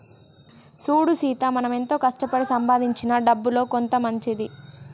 సూడు సీత మనం ఎంతో కష్టపడి సంపాదించిన డబ్బులో కొంత మంచిది